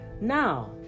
Now